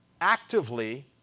actively